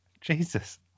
Jesus